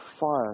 fire